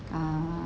err